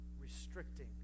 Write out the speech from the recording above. restricting